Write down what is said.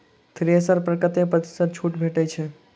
Thresher पर कतै प्रतिशत छूट भेटय छै?